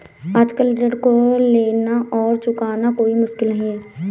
आजकल ऋण को लेना और चुकाना कोई मुश्किल नहीं है